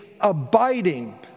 abiding